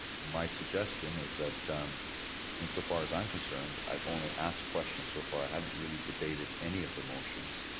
my suggestion is that insofar as i'm concerned, i've only asked questions so far, i haven't really debated any of the motions.